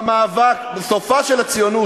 זה סופה של הציונות.